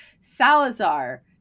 Salazar